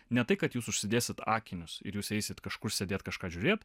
ne tai kad jūs užsidėsit akinius ir jūs eisit kažkur sėdėt kažką žiūrėt